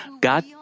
God